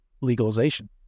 legalization